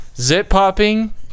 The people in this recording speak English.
Zip-popping